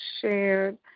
shared